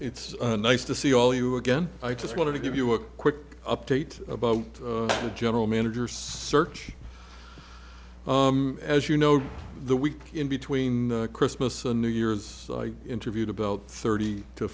it's nice to see all you again i just want to give you a quick update about the general manager search as you know the week in between christmas and new year's i interviewed about thirty to